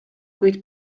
kuid